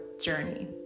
journey